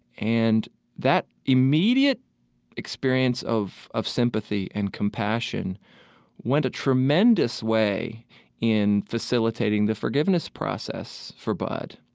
and that immediate experience of of sympathy and compassion went a tremendous way in facilitating the forgiveness process for bud